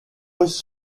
rolls